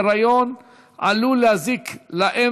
הנפוץ בקרב צעירים